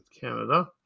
Canada